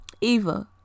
Eva